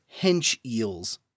hench-eels